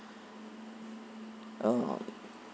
uh